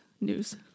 news